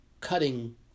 cutting